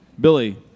Billy